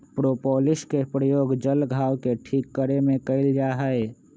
propolis के प्रयोग जल्ल घाव के ठीक करे में कइल जाहई